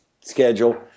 schedule